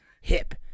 hip